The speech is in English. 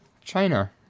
China